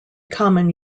common